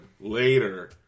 later